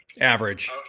average